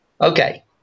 Okay